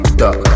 duck